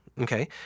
Okay